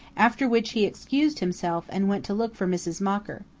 after which he excused himself and went to look for mrs. mocker.